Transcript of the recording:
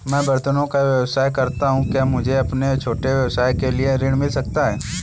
मैं बर्तनों का व्यवसाय करता हूँ क्या मुझे अपने छोटे व्यवसाय के लिए ऋण मिल सकता है?